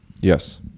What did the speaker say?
Yes